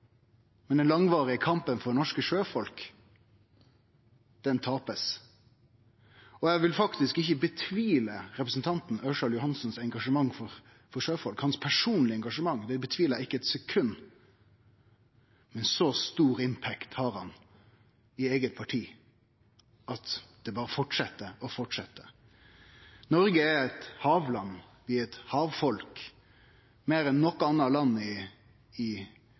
men den langvarige kampen for norske sjøfolk taper ein. Og eg tvilar faktisk ikkje på representanten Ørsal Johansens engasjement for sjøfolk – hans personlege engasjement tvilar eg ikkje på eitt sekund – men så stor «impact» har han i eige parti at det berre held fram og held fram. Noreg er eit havland. Vi er eit havfolk. Meir ein noko anna land i